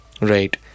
Right